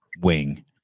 wing